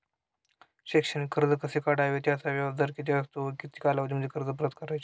शैक्षणिक कर्ज कसे काढावे? त्याचा व्याजदर किती असतो व किती कालावधीमध्ये कर्ज परत करायचे?